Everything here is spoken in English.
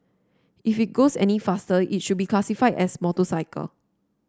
if it goes any faster it should be classified as motorcycle